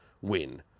win